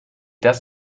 das